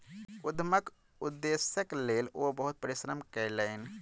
उद्यमक उदेश्यक लेल ओ बहुत परिश्रम कयलैन